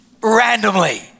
randomly